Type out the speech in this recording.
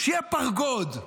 שיהיה פרגוד,